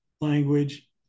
language